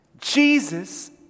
Jesus